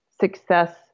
success